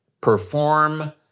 perform